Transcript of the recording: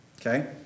okay